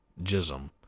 jism